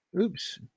Oops